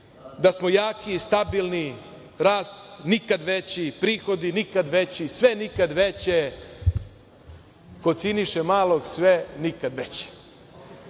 da smo jaki i stabilni, rast nikad veći, prihodi nikad veći, sve nikad veće, kod Siniše Malog sve nikad